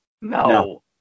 No